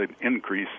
increase